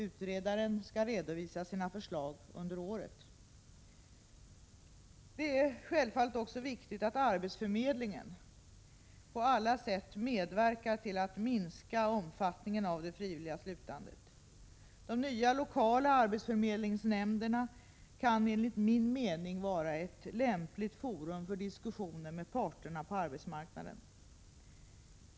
Utredaren skall redovisa sina förslag under året. Det är självfallet också viktigt att arbetsförmedlingen på alla sätt medverkar till att minska omfattningen av det frivilliga slutandet. De nya lokala arbetsförmedlingsnämnderna kan enligt min mening vara ett lämpligt forum för diskussioner med parterna på arbetsmarknaden.